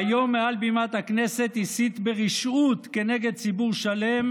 והיום מעל בימת הכנסת הסית ברשעות כנגד ציבור שלם,